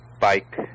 bike